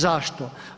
Zašto?